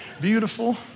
beautiful